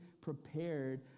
prepared